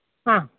ആ